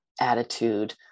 attitude